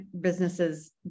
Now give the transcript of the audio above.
businesses